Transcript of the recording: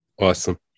Awesome